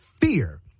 fear